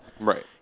Right